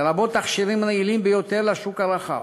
לרבות תכשירים רעילים ביותר, לשוק הרחב.